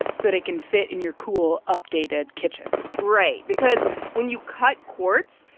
so that it can fit in your cool, updated kitchen right, because when you cut quartz,